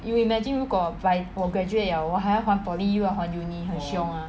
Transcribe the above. you imagine 如果 like 我 graduate 了我还要还 poly 又要还 uni 很凶 ah